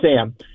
Sam